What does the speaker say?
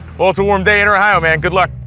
well it's a warm day in ohio, man. good luck.